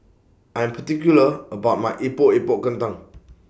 I Am particular about My Epok Epok Kentang